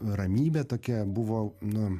ramybė tokia buvo nu